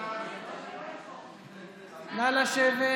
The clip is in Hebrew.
נא לשבת.